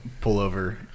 pullover